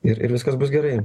ir ir viskas bus gerai